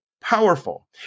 powerful